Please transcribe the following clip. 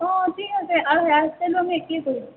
অঁ ঠিক আছে আৰু হেয়াৰ ষ্টাইলো আমি একেই কৰিম